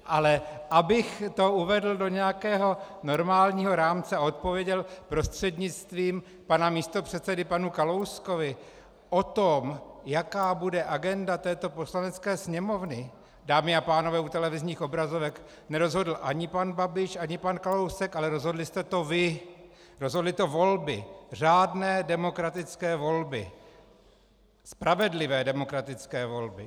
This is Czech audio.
Ale abych to uvedl do nějakého normálního rámce a odpověděl prostřednictvím pana místopředsedy panu Kalouskovi: O tom, jaká bude agenda této Poslanecké sněmovny, dámy a pánové u televizních obrazovek, nerozhodl ani pan Babiš, ani pan Kalousek, ale rozhodli jste to vy, rozhodly to volby, řádné, demokratické volby, spravedlivé demokratické volby.